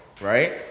Right